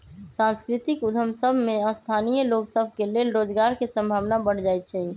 सांस्कृतिक उद्यम सभ में स्थानीय लोग सभ के लेल रोजगार के संभावना बढ़ जाइ छइ